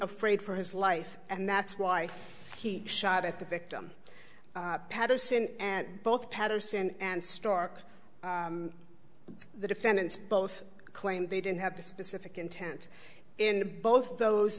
afraid for his life and that's why he shot at the victim patterson at both patterson and stark the defendants both claim they didn't have the specific intent in both of those